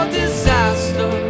disaster